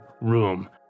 room